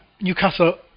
Newcastle